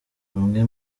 bamwe